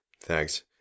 Thanks